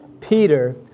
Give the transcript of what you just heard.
Peter